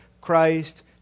Christ